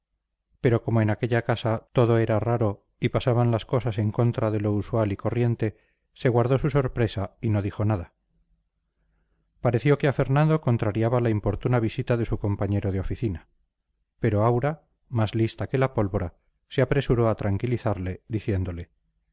pero como en aquella casa todo era raro y pasaban las cosas en contra de lo usual y corriente se guardó su sorpresa y no dijo nada pareció que a fernando contrariaba la importuna visita de su compañero de oficina pero aura más lista que la pólvora se apresuró a tranquilizarle diciéndole